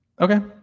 Okay